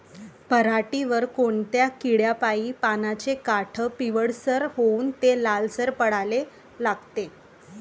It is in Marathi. पऱ्हाटीवर कोनत्या किड्यापाई पानाचे काठं पिवळसर होऊन ते लालसर पडाले लागते?